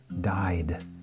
died